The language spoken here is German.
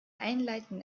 einleitenden